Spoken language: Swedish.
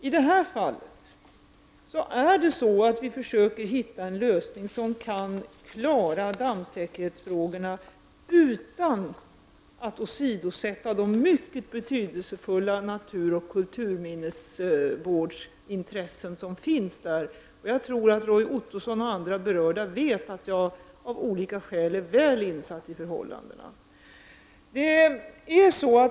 I det här fallet försöker vi hitta en lösning som kan klara dammsäkerhetsfrågan utan att åsidosätta de mycket betydelsefulla naturoch kulturminnesvårdsintressen som finns där. Jag tror att Roy Ottosson och andra berörda vet att jag av olika skäl är väl insatt i förhållandena.